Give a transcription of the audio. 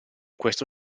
questo